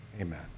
amen